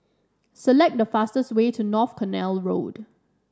select the fastest way to North Canal Road